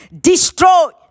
destroy